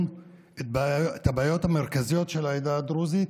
את הבעיות המרכזיות של העדה הדרוזית